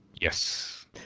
Yes